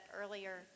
earlier